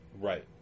right